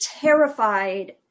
terrified